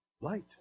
Light